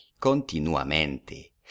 Continuamente